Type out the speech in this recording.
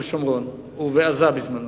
בשומרון ובעזה בזמנו.